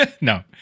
No